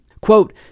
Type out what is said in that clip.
quote